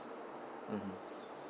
mmhmm